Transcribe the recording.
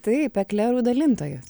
taip eklerų dalintojas